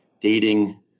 dating